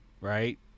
right